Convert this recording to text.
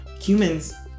Humans